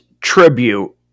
tribute